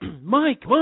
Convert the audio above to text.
Mike